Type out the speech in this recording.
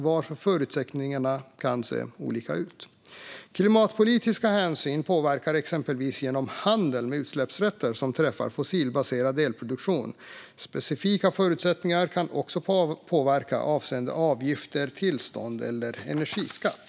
Därför kan förutsättningarna se olika ut. Klimatpolitiska hänsyn påverkar exempelvis genom handeln med utsläppsrätter som träffar fossilbaserad elproduktion. Specifika förutsättningar kan också påverka avgifter, tillstånd eller energiskatt.